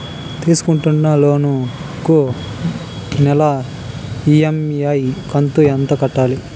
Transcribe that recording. తీసుకుంటున్న లోను కు నెల ఇ.ఎం.ఐ కంతు ఎంత కట్టాలి?